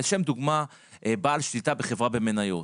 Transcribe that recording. לשם דוגמה בעל שליטה בחברה במניות.